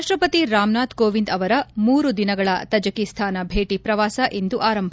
ರಾಷ್ಷಪತಿ ರಾಮನಾಥ್ ಕೋವಿಂದ್ ಅವರ ಮೂರು ದಿನಗಳ ತಜಕಿಸ್ತಾನ ಭೇಟಿ ಶ್ರವಾಸ ಇಂದು ಆರಂಭ